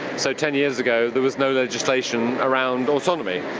so ten years ago there was no legislation around autonomy.